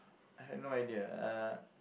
I have no idea uh